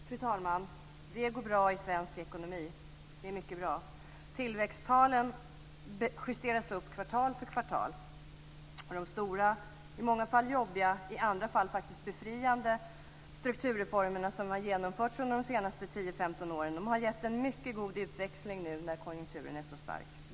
Fru talman! Det går bra för svensk ekonomi, det är mycket bra. Tillväxttalen justeras upp kvartal för kvartal. De stora - i många fall jobbiga, i andra fall befriande - strukturreformer som har genomförts under de senaste 10-15 åren har gett en mycket god utväxling nu när konjunkturen är så stark.